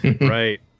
Right